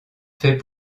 fait